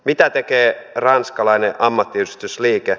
mitä tekee ranskalainen ammattiyhdistysliike